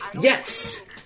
Yes